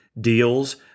deals